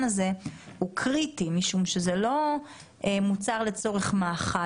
הזה הוא קריטי משום שזה לא מוצר לצורך מאכל,